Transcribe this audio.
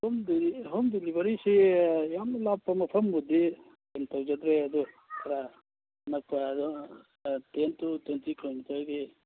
home home ꯗꯤꯂꯤꯕꯔꯤꯁꯤ ꯌꯥꯝꯅ ꯂꯥꯞꯄ ꯃꯐꯝꯕꯨꯗꯤ ꯑꯗꯨꯝ ꯇꯧꯖꯗ꯭ꯔꯦ ꯑꯗꯣ ꯈꯔ ꯅꯛꯄ ꯑꯗꯨꯝ ꯇꯦꯟ ꯇꯨ ꯇ꯭ꯋꯦꯟꯇꯤ ꯀꯤꯂꯣꯃꯤꯇꯔꯒꯤ